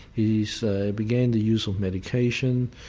he so began the use of medication,